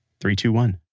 three, two, one